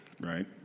right